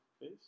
face